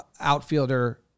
outfielder